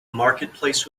marketplace